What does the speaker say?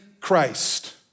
Christ